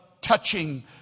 touching